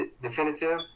definitive